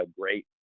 great